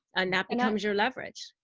and that becomes your leverage.